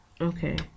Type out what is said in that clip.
Okay